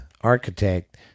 architect